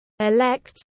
Elect